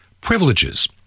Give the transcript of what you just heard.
privileges